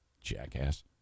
Jackass